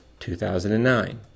2009